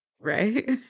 Right